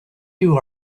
you